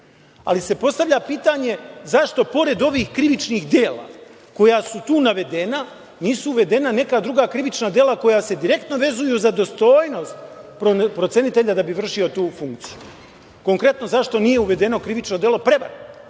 ali se postavlja pitanje – zašto pored ovih krivičnih dela koja su tu navedena nisu uvedena neka druga krivična dela koja se direktno vezuju za dostojnost procenitelja da bi vršio tu funkciju. Konkretno, zašto nije uvedeno krivično delo prevare?